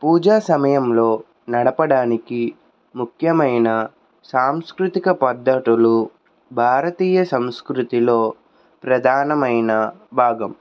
పూజా సమయంలో నడపడానికి ముఖ్యమైన సాంస్కృతిక పద్ధతులు భారతీయ సంస్కృతిలో ప్రధానమైన భాగం